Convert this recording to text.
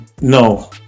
no